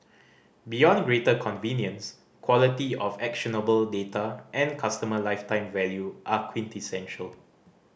beyond greater convenience quality of actionable data and customer lifetime value are quintessential